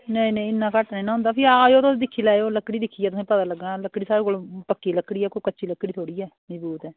नेईं नेईं भी इन्ना घट्ट थोह्ड़े होंदा ते तुस आये दे दिक्खी लैयो लकड़ी लकड़ी दिक्खिय ै पता लग्गी जाना की साढ़े कोल पक्की लकड़ी ऐ जां कच्ची लकड़ी थोह्ड़े ऐ पेदी